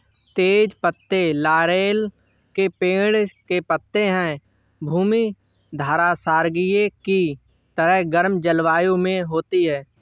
तेज पत्ते लॉरेल के पेड़ के पत्ते हैं भूमध्यसागरीय की तरह गर्म जलवायु में होती है